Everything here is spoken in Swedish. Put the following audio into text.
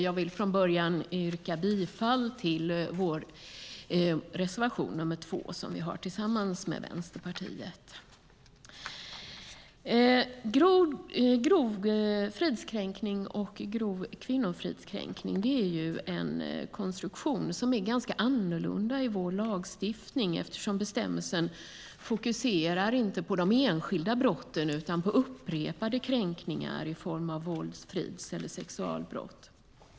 Jag vill från början yrka bifall till vår reservation nr 2 som vi har tillsammans med Vänsterpartiet. Brotten grov fridskränkning och grov kvinnofridskränkning har en konstruktion som är ganska annorlunda i vår lagstiftning eftersom bestämmelserna inte fokuserar på de enskilda brotten utan på upprepade kränkningar i form av vålds-, frids eller sexualbrott.